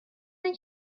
این